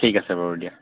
ঠিক আছে বাৰু দিয়া